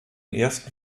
ersten